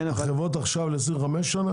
החברות עכשיו ל-25 שנה?